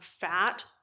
fat